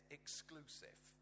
exclusive